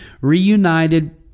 reunited